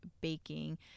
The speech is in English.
baking